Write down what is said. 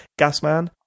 Gasman